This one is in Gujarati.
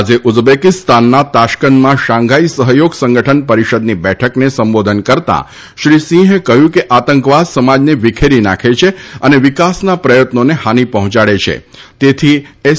આજે ઉઝબેકીસ્તાનના તાશ્કંતમાં શાંઘાઇ સહયોગ સંગઠન પરિષદની બેઠકને સંબોધન કરતા શ્રી સિંહે કહ્યું કે આતંકવાદ સમાજને વિખેરી નાંખે છે અને વિકાસના પ્રયત્નોને હાનિ પહોંચાડે છે તેથી એસ